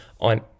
on